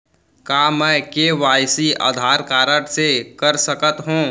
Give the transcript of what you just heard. का मैं KYC Aadhaar card से कर सकत हो?